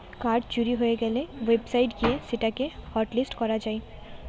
card চুরি হয়ে গ্যালে ওয়েবসাইট গিয়ে সেটা কে হটলিস্ট করা যায়